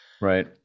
Right